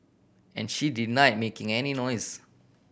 and she deny making any noise